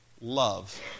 Love